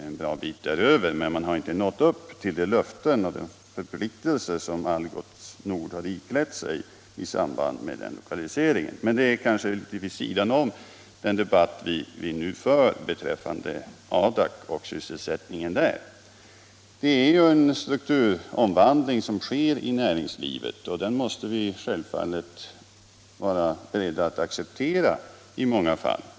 Man har - Adakområdet nått en bra bit däröver men inte till de löften och förpliktelser som Algots Nord har iklätt sig i samband med lokaliseringen. Men detta kanske ligger vid sidan av den debatt vi nu för beträffande Adak och sysselsättningen där. En strukturomvandling sker i näringslivet, och den måste vi självfallet vara beredda att acceptera i många fall.